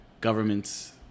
governments